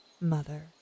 mother